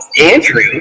Andrew